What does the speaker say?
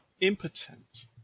impotent